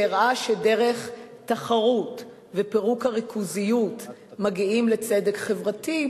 שהראה שדרך תחרות ופירוק הריכוזיות מגיעים לצדק חברתי,